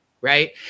Right